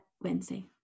Wednesday